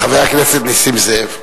חבר הכנסת נסים זאב,